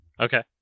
Okay